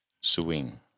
swing